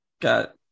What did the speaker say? got